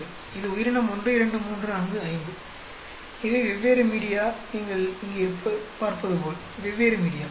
இது உயிரினம் 1 2 3 4 5 இவை வெவ்வேறு மீடியா நீங்கள் இங்கே பார்ப்பதுபோல் வெவ்வேறு மீடியா